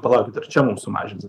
palaukit ar čia mum sumažinsit